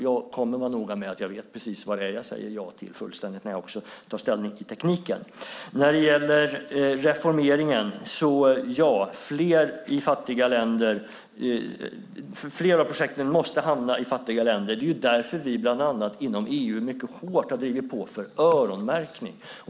Jag kommer att vara noga med att jag vet precis vad det är jag säger ja till när jag också tar ställning till tekniken. När det gäller reformeringen måste fler av projekten hamna i fattiga länder. Det är bland annat därför som vi inom EU har drivit på hårt för öronmärkning.